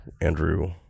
andrew